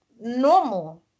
normal